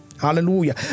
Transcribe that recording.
Hallelujah